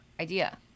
idea